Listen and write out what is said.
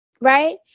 Right